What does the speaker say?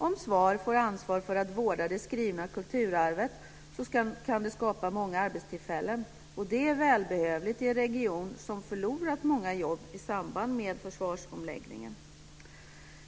Om SVAR får ansvar för att vårda det skrivna kulturarvet kan det skapa många arbetstillfällen, och det är välbehövligt i en region som förlorat många jobb i samband med försvarsomläggningen.